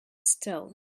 still